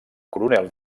coronel